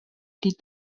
die